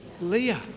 Leah